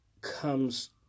comes